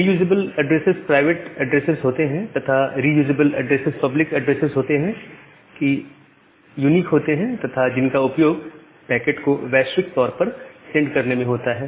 reusable addresses private addresses होते हैं तथा रीयूजजेबल ऐड्रेसेस पब्लिक ऐड्रेसेस होते हैं जो कि यूनिक होते हैं तथा जिनका उपयोग पैकेट को वैश्विक तौर पर सेंड करने में होता है